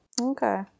Okay